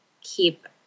keep